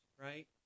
right